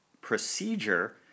procedure